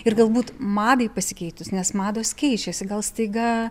ir galbūt madai pasikeitus nes mados keičiasi gal staiga